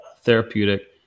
therapeutic